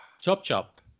Chop-chop